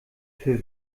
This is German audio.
für